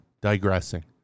digressing